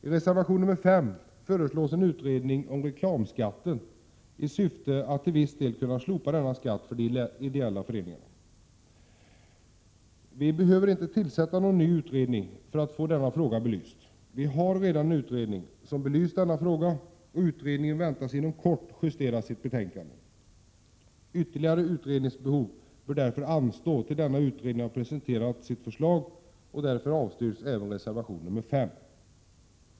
I reservation 5 föreslås en utredning om reklamskatten i syfte att till viss del kunna slopa denna skatt för de ideella föreningarna. Vi behöver inte tillsätta någon ny utredning för att få denna fråga belyst. Vi har redan en utredning som belyst denna fråga, och utredningen väntas inom kort justera sitt betänkande. Ytterligare utredningsbehov bör därför anstå till dess att denna utredning har presenterat sitt förslag, och därför avstyrks även reservation 5.